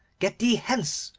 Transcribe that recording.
get thee hence,